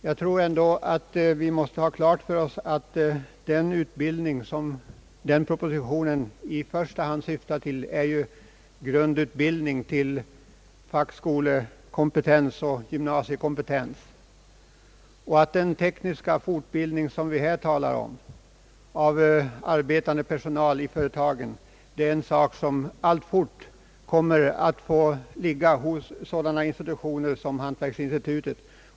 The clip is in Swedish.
Vi måste ändå ha klart för oss att den utbildning som propositionen i första hand syftar till är grundutbildning till fackskolekompetens och gymnasiekompetens. Den tekniska fortbildningen av arbetande personal i företagen som vi nu diskuterar är en uppgift som alltfort kommer att få ligga hos sådana institutioner som hantverksinstitutet.